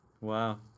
Wow